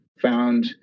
found